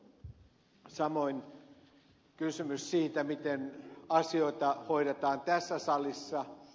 samoin kysymys siitä miten asioita hoidetaan tässä salissa